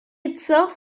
itself